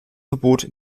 verbot